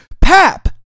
PAP